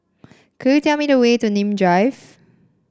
could you tell me the way to Nim Drive